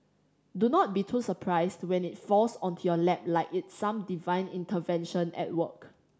do not be too surprised when it falls onto your lap like it's some divine intervention at work